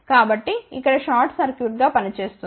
కాబట్టి ఇక్కడ షార్ట్ సర్క్యూట్గా పనిచేస్తుంది